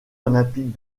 olympiques